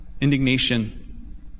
Indignation